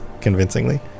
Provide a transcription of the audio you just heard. convincingly